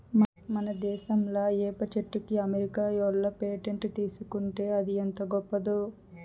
మన దేశంలా ఏప చెట్టుకి అమెరికా ఓళ్ళు పేటెంట్ తీసుకుంటే అది ఎంత గొప్పదో